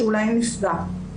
שאולי נפגע.